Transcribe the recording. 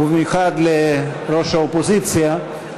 ובמיוחד לראש האופוזיציה,